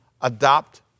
adopt